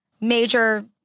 major